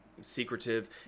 secretive